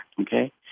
Okay